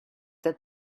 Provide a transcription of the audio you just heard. that